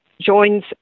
joins